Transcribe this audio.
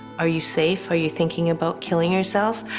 are you safe? are you thinking about killing yourself?